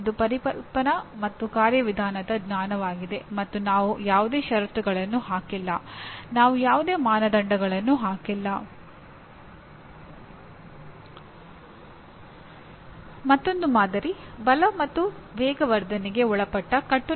ದುರದೃಷ್ಟವಶಾತ್ ಭಾರತೀಯ ಸನ್ನಿವೇಶದಲ್ಲಿ ನೀವು ಯಾವುದನ್ನು ಕಡಿಮೆ ಮುಖ್ಯವೆಂದು ಪರಿಗಣಿಸುತ್ತೀರಿ